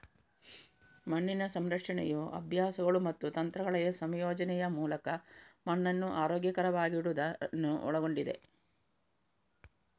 ಮಣ್ಣಿನ ಸಂರಕ್ಷಣೆಯು ಅಭ್ಯಾಸಗಳು ಮತ್ತು ತಂತ್ರಗಳ ಸಂಯೋಜನೆಯ ಮೂಲಕ ಮಣ್ಣನ್ನು ಆರೋಗ್ಯಕರವಾಗಿಡುವುದನ್ನು ಒಳಗೊಂಡಿದೆ